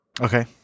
Okay